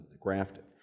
grafted